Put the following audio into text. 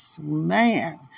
man